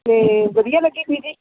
ਅਤੇ ਵਧੀਆ ਲੱਗੀ ਪੀ ਜੀ